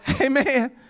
Amen